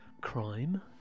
crime